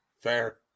Fair